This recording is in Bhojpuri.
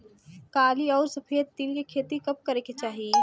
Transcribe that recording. काली अउर सफेद तिल के खेती कब करे के चाही?